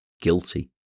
guilty